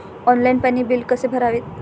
Online पाणी bill कसे भरावे?